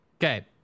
Okay